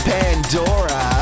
Pandora